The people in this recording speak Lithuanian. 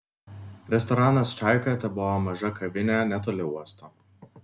restoranas čaika tebuvo maža kavinė netoli uosto